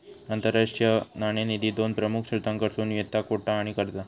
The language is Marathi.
आंतरराष्ट्रीय नाणेनिधी दोन प्रमुख स्त्रोतांकडसून येता कोटा आणि कर्जा